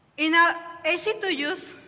in our easy-to-use